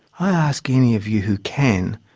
i ask any of you who can,